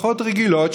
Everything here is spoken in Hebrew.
משפחות רגילות,